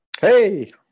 Hey